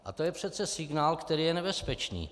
A to je přece signál, který je nebezpečný.